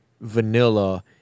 vanilla